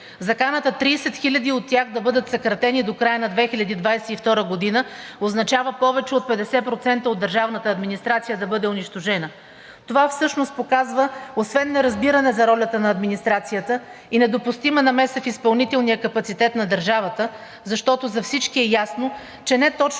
Заканата 30 хиляди от тях да бъдат съкратени до края на 2022 г. означава повече от 50% от държавната администрация да бъде унищожена. Това всъщност показва освен неразбиране за ролята на администрацията и недопустима намеса в изпълнителния капацитет на държавата, защото за всички е ясно, че не точно